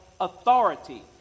authority